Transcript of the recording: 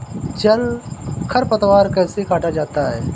जल खरपतवार कैसे काटा जाता है?